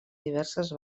diverses